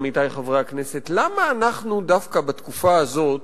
עמיתי חברי הכנסת: למה אנחנו דווקא בתקופה הזאת